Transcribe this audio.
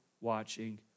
watching